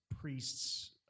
priests